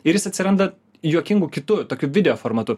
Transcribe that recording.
ir jis atsiranda juokingu kitu tokiu video formatu